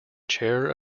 chair